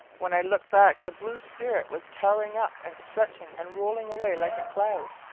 when i looked back the blue spirit was towering up and stretching and rolling away like a cloud,